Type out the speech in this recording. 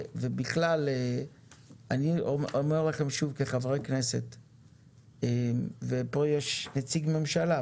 אני אומר לכם שוב שכחברי כנסת - וכאן נמצא נציג ממשלה,